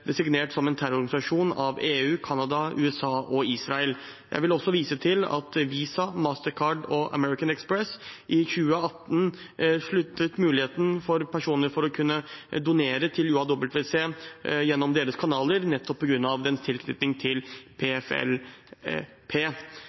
designert som en terrororganisasjon av EU, Canada, USA og Israel. Jeg vil også vise til at Visa, Mastercard og American Express i 2018 avsluttet muligheten for personlig å kunne donere til UAWC gjennom deres kanaler, nettopp på grunn av tilknytningen til PFLP.